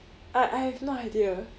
I I have no idea